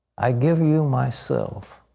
i give you myself.